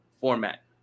format